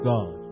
God